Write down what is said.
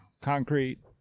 concrete